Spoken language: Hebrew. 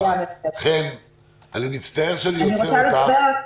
אני מצטער שאני עוצר אותך,